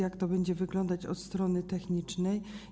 Jak to będzie wyglądać od strony technicznej?